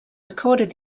recorded